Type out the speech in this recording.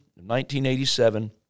1987